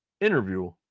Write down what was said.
interview